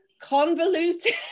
convoluted